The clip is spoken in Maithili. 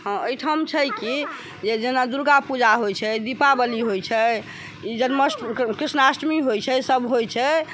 हँ एहिठाम छै की जे जेना दुर्गापूजा दीपावली होइ छै ई जन्माष्टमी कृष्णाष्टमी होइ छै सब होइ छै